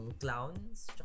clowns